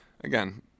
Again